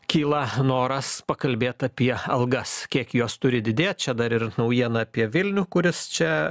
kyla noras pakalbėt apie algas kiek jos turi didėt čia dar ir naujiena apie vilnių kuris čia